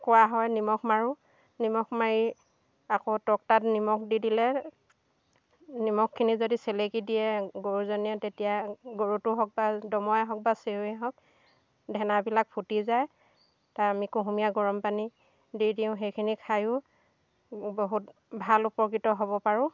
কোৱা হয় নিমখ মাৰোঁ নিমখ মাৰি আকৌ তক্তাত নিমখ দি দিলে নিমখখিনি যদি চেলেকি দিয়ে গৰুজনীয়ে তেতিয়া গৰুটো হওক বা দমৰাই হওক বা চেউৰীয়েই হওক ধেনাবিলাক ফুটি যায় তাৰ আমি কুহুমীয়া গৰম পানী দি দিওঁ সেইখিনি খাইও বহুত ভাল উপকৃত হ'ব পাৰোঁ